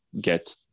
get